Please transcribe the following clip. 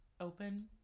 open